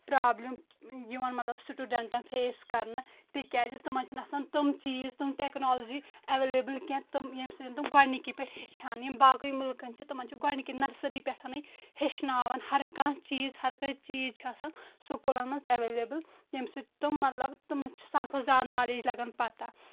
problem یِوان مطلب سِٹوٗڈَنٹن فیس کَرنہٕ تِکیازِ تِمَن چھِنہٕ آسان تِم چیٖز تِم ٹیکنالوجی اٮ۪وَلیبٕل کینٛہہ تِم ییٚمہِ سٕتۍ تِم گۄڈنِکی پٮ۪ٹھ ہیٚچھَہَن یِم باقٕے ملکَن چھِ تِمَن چھِ گۄڈنِکی نَرسٔری پٮ۪ٹھَنٕے ہیٚچھناوان ہر کانٛہہ چیٖز ہر کانٛہہ چیٖز چھِ آسان سکوٗلَن منٛز اٮ۪وَلیبٕل ییٚمہِ سٕتۍ تِم مطلب تِمَن چھِ سانہِ کھۄتہٕ زیادٕ نالیج لَگان پَتہ